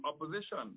opposition